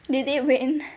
did they win